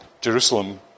Jerusalem